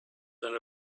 than